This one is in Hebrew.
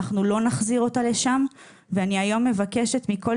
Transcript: אנחנו לא נחזיר אותה לשם ואני היום מבקשת מכל